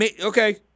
okay